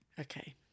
Okay